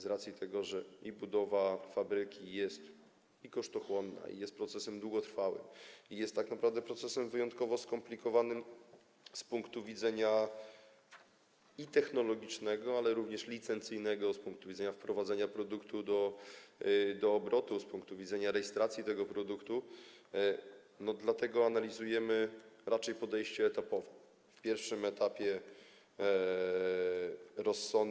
Z racji tego, że budowa fabryki jest kosztochłonna, jest procesem długotrwałym i jest tak naprawdę procesem wyjątkowo skomplikowanym z punktu widzenia technologicznego, ale również licencyjnego, z punktu widzenia wprowadzenia produktu do obrotu, z punktu widzenia rejestracji tego produktu, analizujemy raczej podejście etapowe.